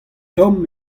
tomm